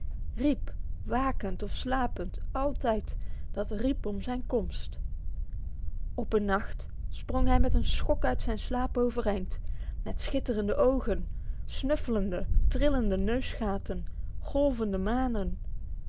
riep wakend of slapend altijd dat riep om zijn komst op een nacht sprong hij met een schok uit zijn slaap overeind met schitterende ogen snuffelende trillende neusgaten golvende manen